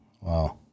Wow